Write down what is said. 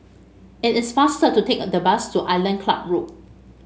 it is faster to take the bus to Island Club Road